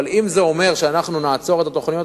אבל אם זה אומר שאנחנו נעצור את התוכניות,